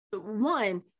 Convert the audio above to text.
one